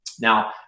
Now